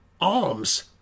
alms